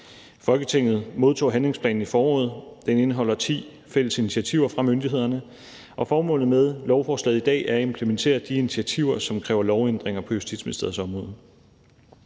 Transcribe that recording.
Folketinget modtog handlingsplanen i foråret. Den indeholder ti fælles initiativer fra myndighederne, og formålet med lovforslaget i dag er at implementere de initiativer, som kræver lovændringer på Justitsministeriets område.